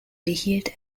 behielt